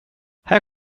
här